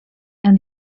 and